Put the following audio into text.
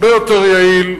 הרבה יותר יעיל,